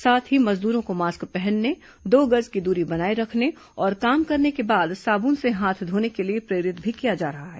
साथ ही मजदूरों को मास्क पहनने दो गज की दूरी बनाए रखने और काम करने के बाद साबुन से हाथ धोने के लिए प्रेरित भी किया जा रहा है